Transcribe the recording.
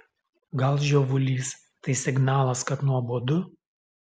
gal žiovulys tai signalas kad nuobodu